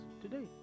today